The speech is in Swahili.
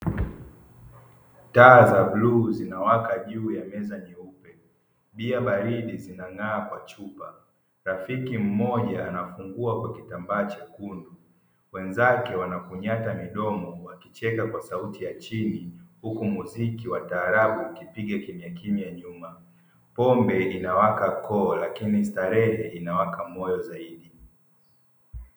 Taa za buluu zinawaka juu ya meza nyeupe bia baridi zinawaka kwa chupa mmoja anafungua kwa kitambaa chekundu wenzake wanang'ata